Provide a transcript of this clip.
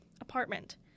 apartment